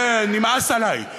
זה נמאס עלי.